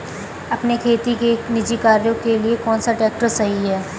अपने खेती के निजी कार्यों के लिए कौन सा ट्रैक्टर सही है?